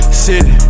city